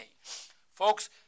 Folks